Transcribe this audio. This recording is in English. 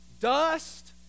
dust